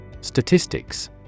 Statistics